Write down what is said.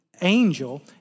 angel